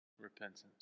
repentance